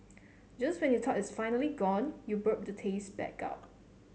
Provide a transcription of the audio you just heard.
just when you thought it's finally gone you burp the taste back up